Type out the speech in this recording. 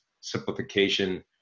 simplification